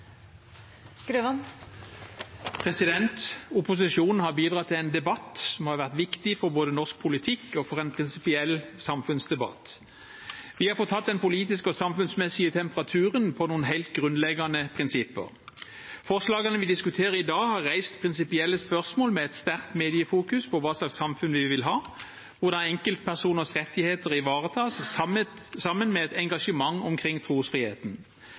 Opposisjonen har bidratt til en debatt som har vært viktig både for norsk politikk og for en prinsipiell samfunnsdebatt. Vi har fått ta den politiske og samfunnsmessige temperaturen på noen helt grunnleggende prinsipper. Forslagene vi diskuterer i dag, har reist prinsipielle spørsmål med et sterkt mediefokus på hva slags samfunn vi vil ha, og hvordan enkeltpersoners rettigheter ivaretas, sammen med et engasjement omkring trosfriheten.